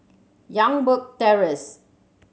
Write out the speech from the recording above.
Youngberg Terrace